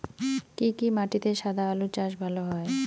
কি কি মাটিতে সাদা আলু চাষ ভালো হয়?